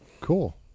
cool